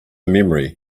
memory